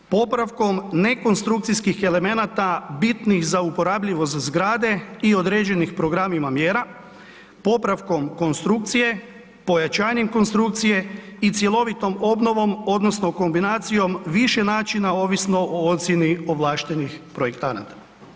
Popravkom nekonstrukcijskih elemenata bitnih za uporabljivost zgrade i određenih programima mjera, popravkom konstrukcije, pojačanjem konstrukcije i cjelovitom obnovom odnosno kombinacijom više načina ovisno o ocjeni ovlaštenih projektanata.